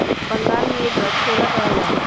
बंगाल में एकरा छोला कहल जाहई